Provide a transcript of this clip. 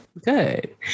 Good